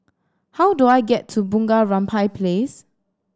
how do I get to Bunga Rampai Place